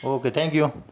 okay thank you